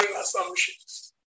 assumptions